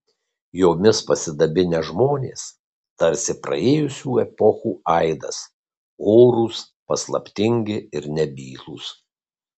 jomis pasidabinę žmonės tarsi praėjusių epochų aidas orūs paslaptingi ir nebylūs